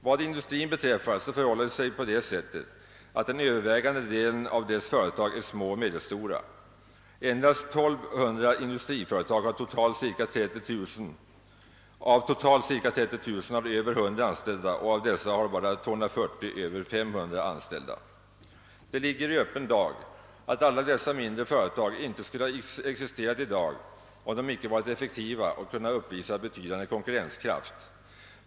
Vad industrin beträffar så förhåller det sig på det sättet, att den övervägande delen av dess företag är små och medelstora. Endast 1200 industriföretag av totalt cirka 30 000 har över 100 anställda och av dessa har bara 240 över 500 anställda. Det ligger i öppen dag att alla mindre företag inte skulle ha existerat i dag om de inte varit effektiva och kunnat uppvisa en betydande konkurrenskraft.